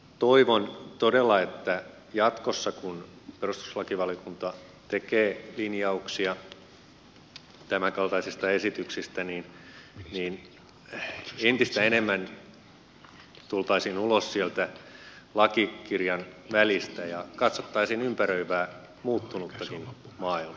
toivon todella että jatkossa kun perustuslakivaliokunta tekee linjauksia tämänkaltaisista esityksistä entistä enemmän tultaisiin ulos sieltä lakikirjan välistä ja katsottaisiin ympäröivää muuttunuttakin maailmaa